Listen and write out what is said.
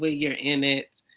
but you're in it.